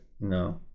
No